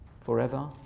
forever